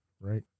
Right